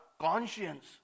conscience